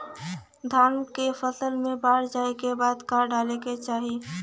धान के फ़सल मे बाढ़ जाऐं के बाद का डाले के चाही?